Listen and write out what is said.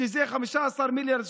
שזה 15 מיליארד שקלים,